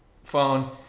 phone